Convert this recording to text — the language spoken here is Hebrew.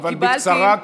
אבל בקצרה,